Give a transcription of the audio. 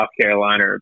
Carolina